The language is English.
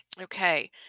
Okay